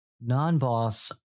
non-boss